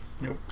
Nope